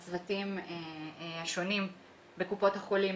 התחלנו לעשות הכשרות מקצועיות לצוותים השונים בקופות החולים,